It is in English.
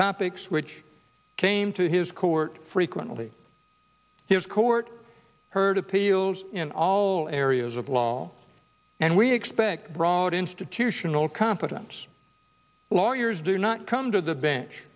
topics which came to his court frequently his court heard appeals in all areas of law and we expect broad institutional competence lawyers do not come to the bench